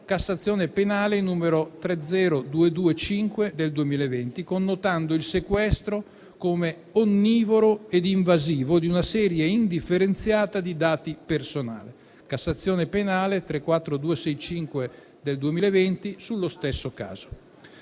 Cassazione penale n. 30225 del 2020), connotando il sequestro come onnivoro ed invasivo di una serie indifferenziata di dati personali (Cassazione penale 34265 del 2020 sullo stesso caso).